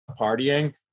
partying